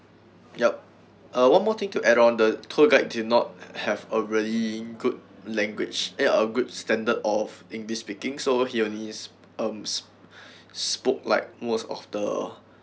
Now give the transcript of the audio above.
yup uh one more thing to add on the tour guide did not have a really good language eh ah a good standard of english speaking so he only um spoke like most of the